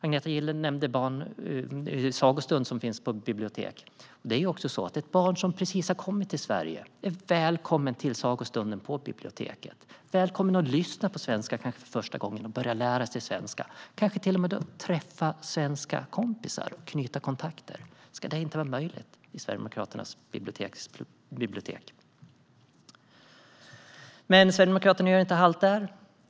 Agneta Gille nämnde sagostunder som finns på biblioteken. Ett barn som just har kommit till Sverige är välkommet till sagostunden på biblioteket och välkommet att lyssna på svenska, kanske för första gången. Barnet är välkommet att börja lära sig svenska och kanske till och med träffa svenska kompisar och knyta kontakter. Ska det inte vara möjligt i Sverigedemokraternas bibliotek? Och Sverigedemokraterna gör inte halt där.